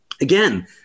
again